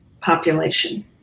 population